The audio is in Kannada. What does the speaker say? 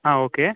ಹಾಂ ಓಕೆ